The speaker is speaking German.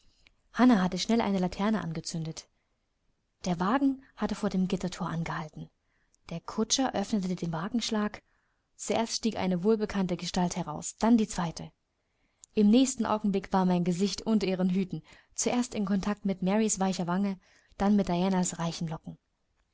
hannah hatte schnell eine laterne angezündet der wagen hatte vor dem gitterthor angehalten der kutscher öffnete den wagenschlag zuerst stieg eine wohlbekannte gestalt heraus dann die zweite im nächsten augenblick war mein gesicht unter ihren hüten zuerst in kontakt mit marys weicher wange dann mit dianas reichen locken